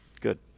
good